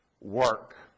work